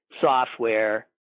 software